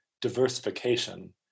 diversification